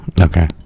Okay